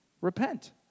Repent